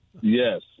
Yes